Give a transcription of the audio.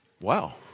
Wow